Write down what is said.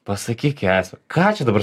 pasakyk esmę ką čia dabar